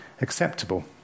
acceptable